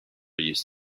used